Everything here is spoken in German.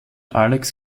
alex